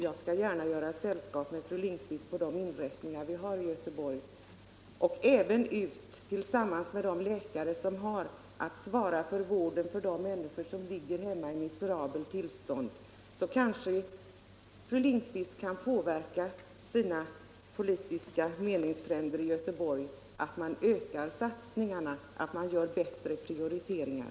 Jag skall gärna göra fru Lindquist sällskap på de inrättningar vi har i Göteborg och även gå ut tillsammans med de läkare som har att svara för vården av de människor som ligger hemma i miserabelt tillstånd, så kanske fru Lindquist kan påverka sina politiska meningsfränder i Göteborg att öka satsningarna och göra bättre prioriteringar.